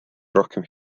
rohkem